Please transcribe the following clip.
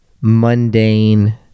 mundane